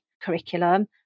curriculum